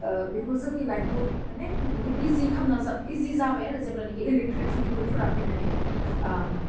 ओह बेखौ जोंनि लाइफखौ माने बहुद इजि खालामना जा इजि जाबाय आरो जेब्लानाखि इलेकट्रिकनि गुदफ्रा फैनानै आम